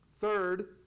Third